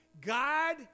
God